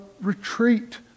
retreat